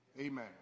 Amen